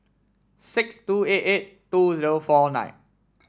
six two eight eight two zero four nine